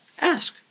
Ask